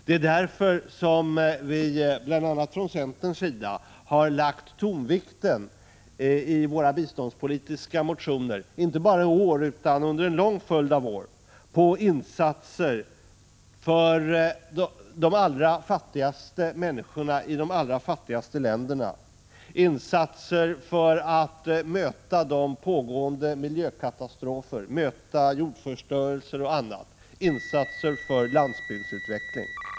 Det är därför som vi bl.a. från centerns sida har lagt tonvikten i våra biståndspolitiska motioner, inte bara i år utan under en lång följd av år, på insatser för de allra fattigaste människorna i de allra fattigaste länderna. Det - är insatser för att möta pågående miljökatastrofer, jordförstörelser och annat, insatser för landsbygdsutveckling.